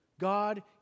God